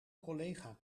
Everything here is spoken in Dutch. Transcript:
collega